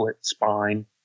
spine